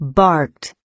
barked